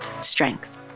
strength